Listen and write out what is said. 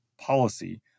policy